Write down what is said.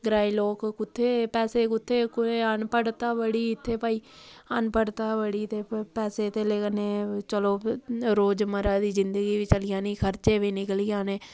ग्राईं लोग कु'त्थै पैसे कु'त्थै कोई अनपढ़ता बड़ी इत्थै भाई अनपढ़ता बड़ी ते पैसे धेल्ले कन्नै चलो रोजमर्रा दी जिन्दगी बी चली जानी खर्चे बी निकली जाने